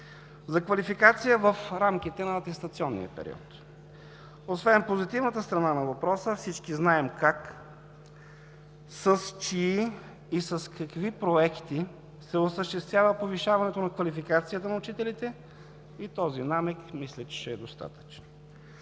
за квалификация в рамките на атестационния период. Освен позитивната страна на въпроса, а всички знаем как, с чии и с какви проекти се осъществява повишаването на квалификацията на учителите, и този намек, мисля, че ще е достатъчен.